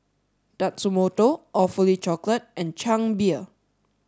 Tatsumoto Awfully Chocolate and Chang Beer